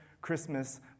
Christmas